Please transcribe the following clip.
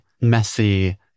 messy